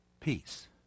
Peace